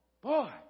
boy